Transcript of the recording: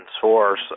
source